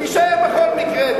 תישאר בכל מקרה.